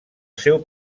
seu